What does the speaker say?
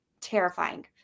Terrifying